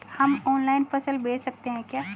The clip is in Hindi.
हम ऑनलाइन फसल बेच सकते हैं क्या?